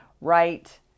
right